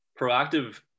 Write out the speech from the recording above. Proactive